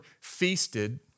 feasted